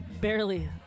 Barely